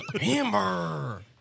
Hammer